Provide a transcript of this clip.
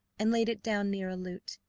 and laid it down near a lute.